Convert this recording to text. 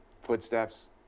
footsteps